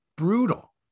Brutal